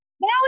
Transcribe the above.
Now